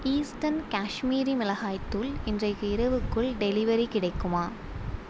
eastern Kashmiri மிளகாய் தூள் இன்றைக்கு இரவுக்குள் டெலிவரி கிடைக்குமா